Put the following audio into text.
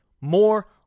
more